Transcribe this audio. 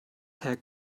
herr